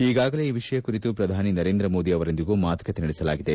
ಈಗಾಗಲೇ ಈ ವಿಷಯ ಕುರಿತು ಪ್ರಧಾನಿ ನರೇಂದ್ರ ಮೋದಿ ಅವರೊಂದಿಗೂ ಮಾತುಕತೆ ನಡೆಸಲಾಗಿದೆ